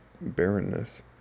barrenness